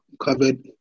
covered